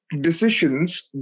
decisions